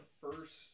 first